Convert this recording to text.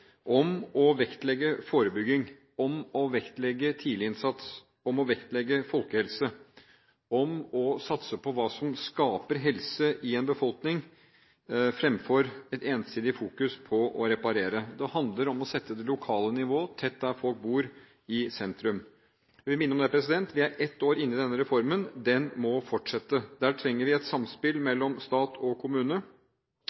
om å vektlegge forebygging, om å vektlegge tidlig innsats, om å vektlegge folkehelse, om å satse på hva som skaper helse i en befolkning, fremfor ensidig fokus på å reparere. Det handler om å sette det lokale nivå – tett der folk bor – i sentrum. Jeg vil minne om at vi er ett år inne i denne reformen. Den må fortsette. Der trenger vi et samspill